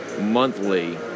Monthly